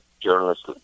journalists